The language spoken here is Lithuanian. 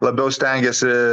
labiau stengiasi